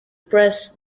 press